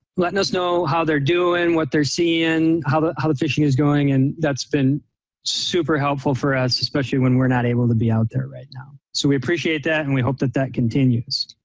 letting us know how they're doing, and what they're seeing, how the how the fishing is going. and that's been super helpful for us, especially when we're not able to be out there right now. so we appreciate that and we hope that that continues.